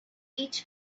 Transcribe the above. each